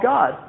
God